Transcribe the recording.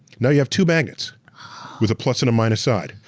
now you have two magnets with a plus and a minus side.